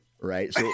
Right